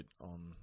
on